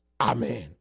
Amen